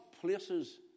places